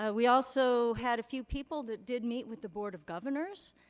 ah we also had a few people that did meet with the board of governors.